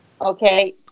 Okay